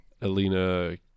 Alina